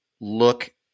look